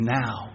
now